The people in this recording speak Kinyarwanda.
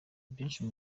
ibyinshi